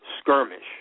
skirmish